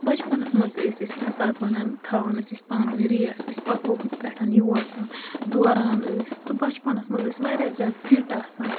بچپَنَس منٛز تہِ ٲسۍ أسۍ کُنہِ ساتہٕ وَنان تھاوان ٲسۍ أسۍ پانہٕ ؤنۍ ریس أسۍ پَکو ہُتہِ پٮ۪ٹھ یور تام دوران ٲسۍ تہٕ بَچپَنَس منٛز ٲسۍ واریاہ زیادٕ فِٹ آسان